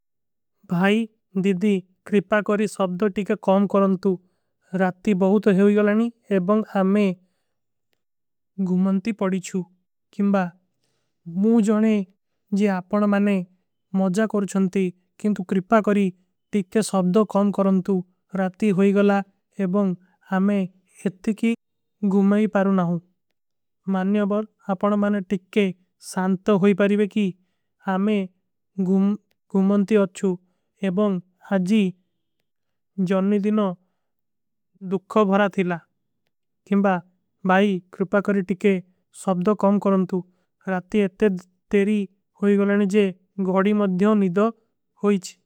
ଭାଈ ଦିଦୀ କ୍ରିପା କରୀ ସବ୍ଦୋ ଟିକେ କାମ କରଂତୁ ରାତୀ ବହୁତ ହୋଈ। ଗଳାନୀ ଏବଂଗ ଆମେ ଗୁମନ୍ତୀ ପଡୀଛୁ କିମବା ମୁ। ଜନେ ଜୀ ଆପନ ମାନେ ମଜା କରୁଛଂତୀ କିଂଦୁ କ୍ରିପା କରୀ ଟିକେ ସବ୍ଦୋ। କାମ କରଂତୁ ରାତୀ ହୋଈ ଗଳା ଏବଂଗ ଆମେ ଇତ୍ତିକୀ ଗୁମାଈ ପାରୁ ନହୂଂ। ମାନନେ ଅବ ଆପନ ମାନେ ଟିକେ ସାଂତୋ ହୋଈ ପାରୀବେ କି ଆମେ। ଗୁମନ୍ତୀ ଅଚ୍ଛୁ ଏବଂଗ ହାଜୀ ଜନ୍ନୀ ଦିନୋ। ଦୁଖୋ ଭରା ଥିଲା କିମବା ବାଈ କ୍ରିପା କରୀ। ଟିକେ ସବ୍ଦୋ କାମ କରଂତୁ ରାତୀ ଇତ୍ତେ। ତେରୀ ହୋଈ ଗଳାନୀ ଜେ ଗଳୀ ମଧ୍ଯୋଂ ନିଦୋ ହୋଈଚ।